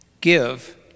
Give